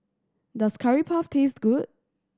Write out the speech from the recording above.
does Curry Puff taste good